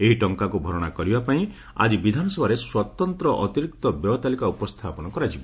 ଏହି ଟଙ୍ଙାକୁ ଭରଶା କରିବା ପାଇଁ ଆକି ବିଧାନସଭାରେ ସ୍ୱତନ୍ତ ଅତିରିକ୍ତ ବ୍ୟୟ ତାଲିକା ଉପସ୍ଥାପନ କରାଯିବ